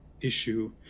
issue